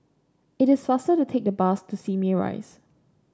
it is faster to take the bus to Simei Rise